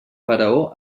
faraó